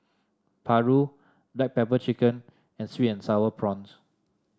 paru Black Pepper Chicken and sweet and sour prawns